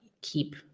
keep